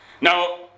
Now